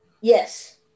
Yes